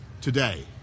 today